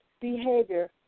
behavior